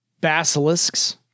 basilisks